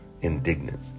indignant